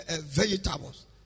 vegetables